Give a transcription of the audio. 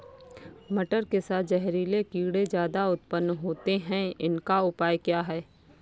मटर के साथ जहरीले कीड़े ज्यादा उत्पन्न होते हैं इनका उपाय क्या है?